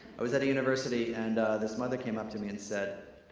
i was at a university and this mother came up to me and said,